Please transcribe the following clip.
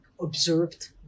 observed